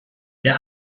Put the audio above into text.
der